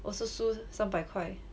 also 输三百块